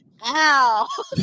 ow